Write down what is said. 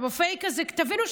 תבינו,